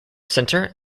centre